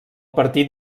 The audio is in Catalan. partit